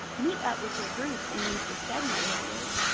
meet up with your groups and use the study areas,